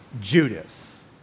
Judas